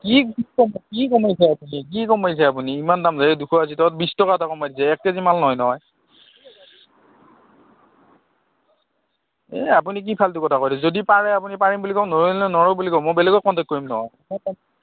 কি কি কমাইছে আপুনি কি কমাইছে আপুনি ইমান দাম এই দুশ আশী টকা বিশ টকা এটা কমাই দিছে এক কেজি মাল নহয় নহয় এ আপুনি কি ফাল্টু কথা কয় যদি পাৰে আপুনি পাৰিম বুলি কওক নোৱাৰিলে নোৱাৰো বুলি কওক মই বেলেগক কণ্টেক্ট কৰিম নহয়